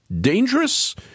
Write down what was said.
dangerous